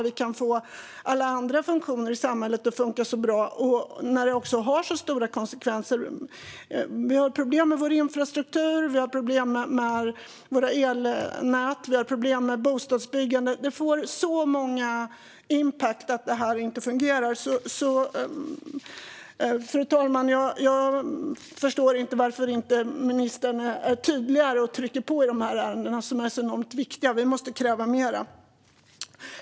Vi kan ju få alla andra funktioner i samhället att funka så bra. Det här får stora konsekvenser. Vi har problem med infrastrukturen, elnäten och bostadsbyggandet. Att detta inte fungerar får stor impact. Fru talman! Jag förstår inte varför ministern inte är tydligare och trycker på i dessa ärenden som är enormt viktiga. Vi måste kräva mer.